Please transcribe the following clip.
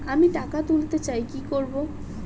আমি টাকা তুলতে চাই কি করব?